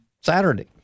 Saturday